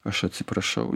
aš atsiprašau